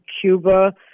Cuba